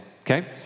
Okay